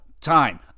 time